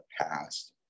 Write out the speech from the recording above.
past